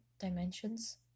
dimensions